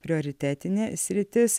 prioritetinė sritis